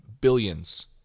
billions